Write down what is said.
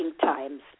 times